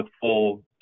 full